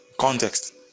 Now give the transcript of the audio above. Context